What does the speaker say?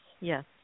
yes